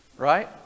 Right